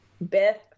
Beth